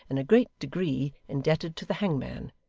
in a great degree, indebted to the hangman,